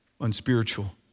unspiritual